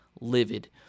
livid